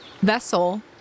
vessel